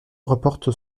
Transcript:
reporte